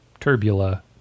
Turbula